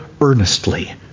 earnestly